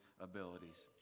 abilities